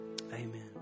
Amen